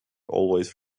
always